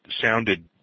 sounded